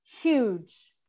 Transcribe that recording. huge